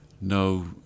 no